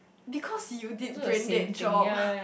because you did brain dead job